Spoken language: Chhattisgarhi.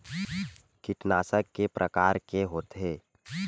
कीटनाशक के प्रकार के होथे?